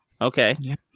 Okay